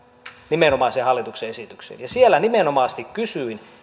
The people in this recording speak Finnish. nimenomaiseen hallituksen esitykseen siellä nimenomaisesti kysyin